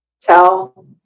Tell